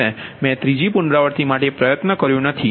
મેં ત્રીજી પુનરાવૃત્તિ માટે પ્રયત્ન કર્યો નથી